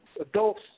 adults